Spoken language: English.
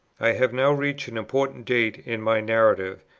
i have now reached an important date in my narrative,